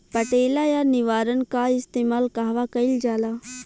पटेला या निरावन का इस्तेमाल कहवा कइल जाला?